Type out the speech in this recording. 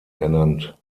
ernannt